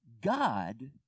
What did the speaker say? God